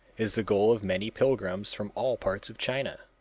is the goal of many pilgrims from all parts of china.